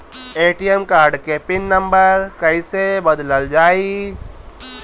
ATM card के pin number कईसे बदलल जाई?